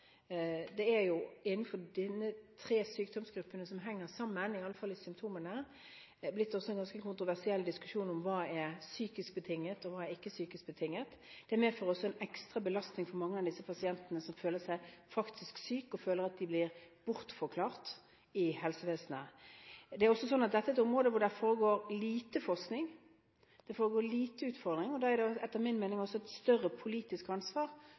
Det er innenfor disse tre sykdomsgruppene, som henger sammen, iallfall i symptomene, blitt en ganske kontroversiell diskusjon om hva som er psykisk betinget, og hva som ikke er psykisk betinget. Det medfører også en ekstra belastning for mange av disse pasientene, som føler seg faktisk syke, men som føler at de blir bortforklart i helsevesenet. Dette er et område hvor det foregår lite forskning, det er lite utfordring. Da er det etter min mening også et større politisk ansvar